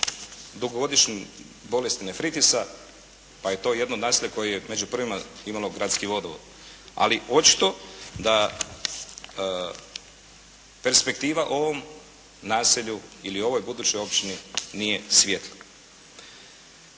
dugogodišnje bolesti nefritisa, pa je to jedno naselje koje je među prvima imalo gradski vodovod. Ali očito da perspektiva ovom naselju ili ovoj budućoj općini nije svjetla.